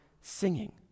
singing